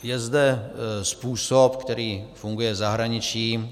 Je zde způsob, který funguje v zahraničí.